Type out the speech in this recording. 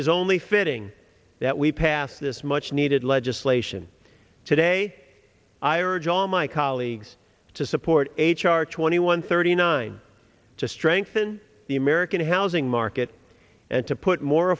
is only fitting that we pass this much needed legislation today i urge all my colleagues to support h r twenty one thirty nine to strengthen the american housing market and to put more